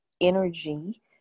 energy